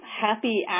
happy